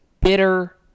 bitter